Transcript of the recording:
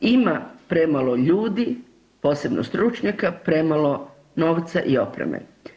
Ima premalo ljudi, posebno stručnjaka, premalo novca i opreme.